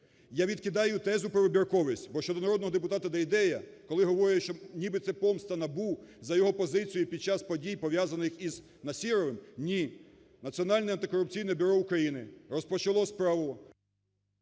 Я відкидаю тезу про вибірковість, бо щодо народного депутата Дейдея, коли говорять, що нібито це помста НАБУ за його позицію під час подій, пов'язаних із Насіровим. Ні! Національне антикорупційне бюро України розпочало справу…